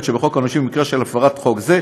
שבחוק העונשין במקרה של הפרת חוק זה,